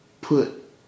put